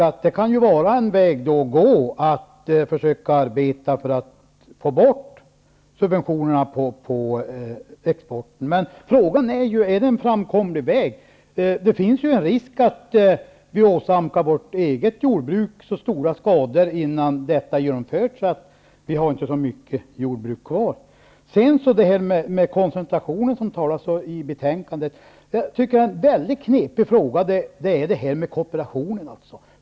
Att arbeta för att försöka få bort subventionerna på exporten kan då vara en väg att gå. Men frågan är om det är en framkomlig väg. Det finns ju en risk att vi innan detta har genomförts har åsamkat vårt eget jordbruk så stora skador att vi sedan inte har så mycket jordbruk kvar. När det gäller koncentrationen som det talas om i betänkandet tycker jag att det är en väldigt knepig fråga när det gäller kooperationen.